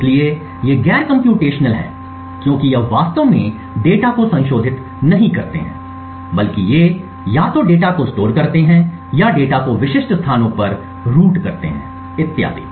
इसलिए ये गैर कम्प्यूटेशनल हैं क्योंकि यह वास्तव में डेटा को संशोधित नहीं करता है बल्कि वे या तो डेटा को स्टोर करते हैं या डेटा को विशिष्ट स्थानों पर रूट करते हैं इत्यादि